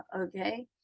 okay